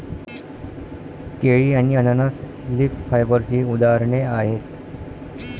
केळी आणि अननस ही लीफ फायबरची उदाहरणे आहेत